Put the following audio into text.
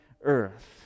Earth